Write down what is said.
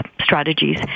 strategies